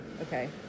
okay